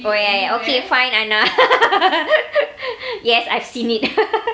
oh ya okay fine ana yes I've seen it